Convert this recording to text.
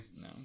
No